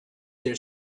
their